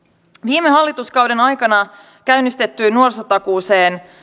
viime hallituskauden aikana käynnistettyyn nuorisotakuuseen